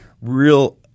Real